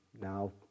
now